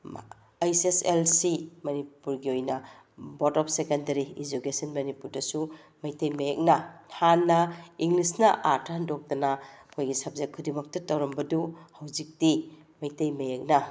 ꯑꯩꯁ S L C ꯃꯅꯤꯄꯨꯔꯒꯤ ꯑꯣꯏꯅ board of secondary education ꯃꯅꯤꯄꯨꯔꯗꯁꯨ ꯃꯩꯇꯩ ꯃꯌꯦꯛꯅ ꯍꯥꯟꯅ ꯏꯪꯂꯤꯁꯅ ꯑꯥꯔꯊ ꯍꯟꯗꯣꯛꯇꯅ ꯑꯩꯈꯣꯏꯒꯤ ꯁꯕꯖꯦꯛ ꯈꯨꯗꯤꯡꯃꯛꯇ ꯇꯧꯔꯝꯕꯗꯨ ꯍꯧꯖꯤꯛꯇꯤ ꯃꯩꯇꯩ ꯃꯌꯦꯛꯅ